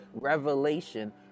revelation